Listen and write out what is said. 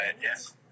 yes